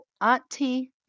Auntie